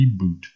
Reboot